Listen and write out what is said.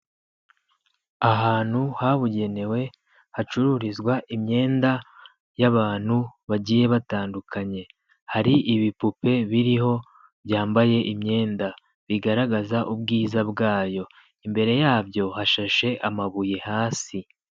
Ahantu habugenewe hacururizwa imyenda y'abantu bagiye batandukanye, hari ibipupe biriho byambaye imyenda. Bigaragaza ubwiza bwayo, imbere yabyo hashashe amabuye hasi.